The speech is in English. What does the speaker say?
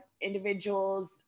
individuals